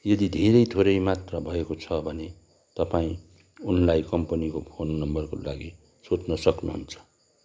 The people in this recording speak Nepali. यदि धेरै थोरै मात्र भएको छ भने तपाईँँ उनलाई कम्पनीको फोन नम्बरका लागि सोध्न सक्नुहुन्छ